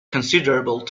considerable